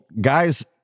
guys